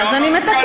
אז אני מתקנת.